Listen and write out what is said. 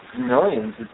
millions